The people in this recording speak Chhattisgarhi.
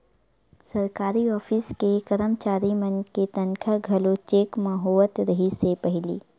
सरकारी ऑफिस के करमचारी मन के तनखा घलो चेक म होवत रिहिस हे पहिली